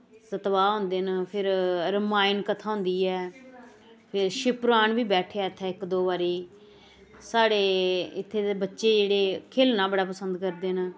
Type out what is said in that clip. सतवाह् होंदे न फिर रमायण कथा होंदी ऐ फिर शिव पुराण बी बैठेआ इ'त्थें इक दो बारी साढ़े इ'त्थें दे बच्चे जेह्ड़े खेल्लना बड़ा पसंद करदे न